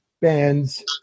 bands